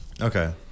Okay